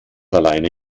alleine